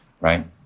right